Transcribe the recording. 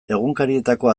egunkarietako